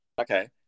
Okay